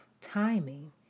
Timing